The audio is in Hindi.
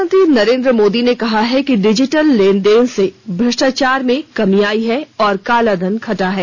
प्रधानमंत्री नरेंद्र मोदी ने कहा है कि डिजिटल लेन देन से भ्रष्टाचार में कमी आई है और काला धन घटा है